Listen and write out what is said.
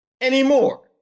anymore